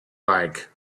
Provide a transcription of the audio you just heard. like